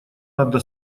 надо